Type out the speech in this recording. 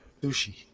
Sushi